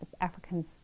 Africans